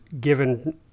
given